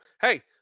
hey